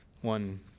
One